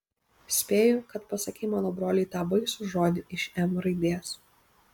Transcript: spėju kad pasakei mano broliui tą baisų žodį iš m raidės